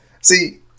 See